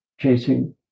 chasing